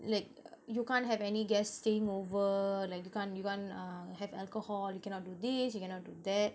like err you can't have any guest staying over like you can't you can't uh have alcohol you cannot do this you cannot do that